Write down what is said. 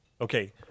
Okay